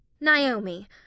Naomi